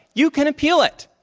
you can appeal it.